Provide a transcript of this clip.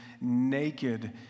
naked